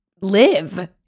live